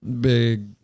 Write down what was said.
big